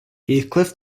heathcliff